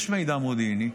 יש מידע מודיעיני,